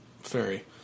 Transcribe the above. Fairy